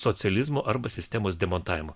socializmo arba sistemos demontavimu